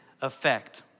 effect